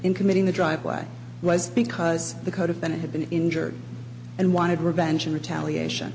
in committing the driveway was because the code then it had been injured and wanted revenge in retaliation